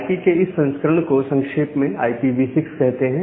आई P के इस संस्करण को संक्षेप में IPv6 कहते हैं